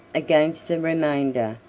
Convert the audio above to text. against the remainder,